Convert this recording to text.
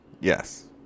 Yes